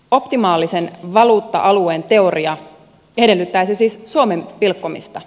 optimaalisen valuutta alueen teoria edellyttäisi siis suomen pilkkomista